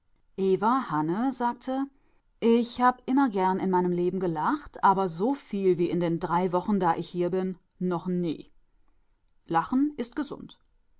eva hanne sagte ich hab immer gern in meinem leben gelacht aber so viel wie in den drei wochen da ich hier bin noch nie lachen ist gesund